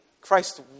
Christ